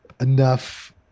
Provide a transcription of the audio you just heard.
enough